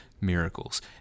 miracles